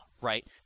Right